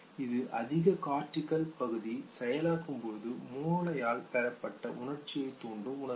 இது அதிக கார்டிகல் பகுதி செயலாக்கும்போது மூளையால் பெறப்பட்ட உணர்ச்சியைத் தூண்டும் உணர்வு